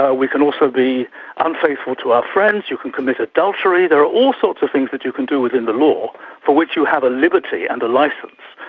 ah we can also be unfaithful to our friends, you can commit adultery, there are all sorts of things that you can do within the law for which you have a liberty and a licence,